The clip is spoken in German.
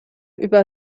über